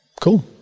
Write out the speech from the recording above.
Cool